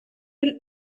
will